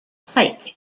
pike